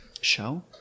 Show